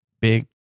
big